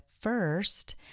first